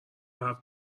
حرف